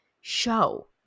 show